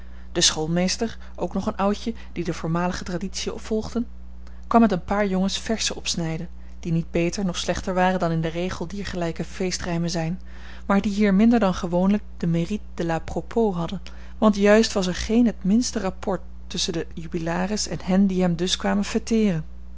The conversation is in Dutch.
de schoolmeester ook nog een oudje die de voormalige traditiën volgden kwam met een paar jongens verzen opsnijden die niet beter noch slechter waren dan in den regel diergelijke feestrijmen zijn maar die hier minder dan gewoonlijk de mérite de l'à propos hadden want juist was er geen het minste rapport tusschen den jubilaris en hen die hem dus kwamen